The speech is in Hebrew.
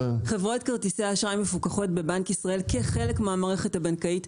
חברות כרטיסי האשראי מפוקחות בבנק ישראל כחלק מהמערכת הבנקאית,